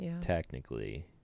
technically